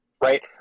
right